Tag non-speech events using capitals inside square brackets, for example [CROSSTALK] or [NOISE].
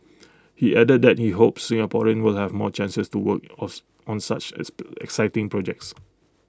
he added that he hopes Singaporeans will have more chances to work [UNINTELLIGIBLE] on such exciting projects